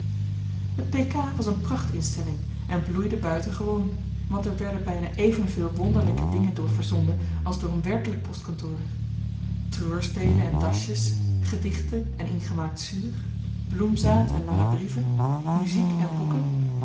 het p k was een prachtinstelling en bloeide buitengewoon want er werden bijna evenveel wonderlijke dingen door verzonden als door een werkelijk postkantoor treurspelen en dasjes gedichten en ingemaakt zuur bloemzaad en lange brieven muziek en boeken